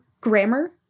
grammar